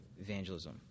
evangelism